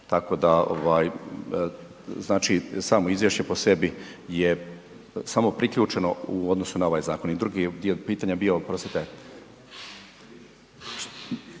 da ovaj, znači samo izvješće po sebi je, samo priključeno u odnosu na ovaj zakon i drugi dio pitanja je bio, oprostite?